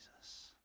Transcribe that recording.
Jesus